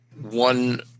one